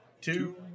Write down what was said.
two